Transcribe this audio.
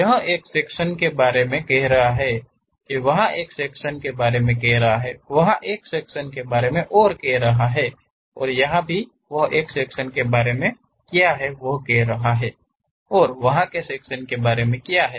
यहां के सेक्शन के बारे में क्या है वहाँ के सेक्शन के बारे में क्या है वहाँ के सेक्शन के बारे में क्या है वहाँ के सेक्शन के बारे में क्या है और वहाँ के सेक्शन के बारे में क्या है